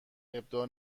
ابداع